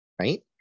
Right